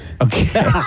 Okay